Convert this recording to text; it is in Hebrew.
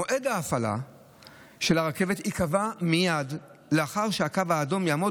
מועד ההפעלה של הרכבת ייקבע מייד לאחר שהקו האדום יעמוד